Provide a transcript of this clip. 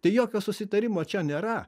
tai jokio susitarimo čia nėra